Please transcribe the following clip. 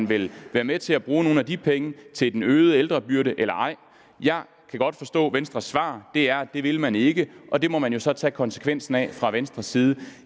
om man vil være med til at bruge nogle af de penge til den øgede ældrebyrde eller ej. Jeg kan forstå, at Venstres svar er, at det vil man ikke. Og det må man jo så tage konsekvensen af fra Venstres side.